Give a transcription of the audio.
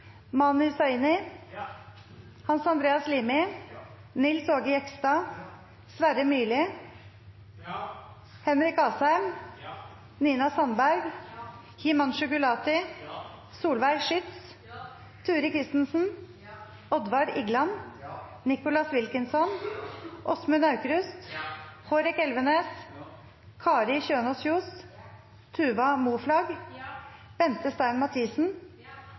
Mani Hussaini, Hans Andreas Limi, Nils Aage Jegstad, Sverre Myrli, Henrik Asheim, Nina Sandberg, Himanshu Gulati, Solveig Schytz, Turid Kristensen, Oddvar Igland, Nicholas Wilkinson, Åsmund Aukrust, Hårek Elvenes, Kari Kjønaas Kjos, Tuva Moflag, Bente Stein Mathisen,